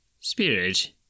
Spirit